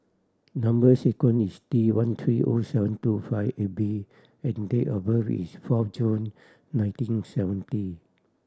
number sequence is T one three O seven two five eight B and date of birth is four June nineteen seventy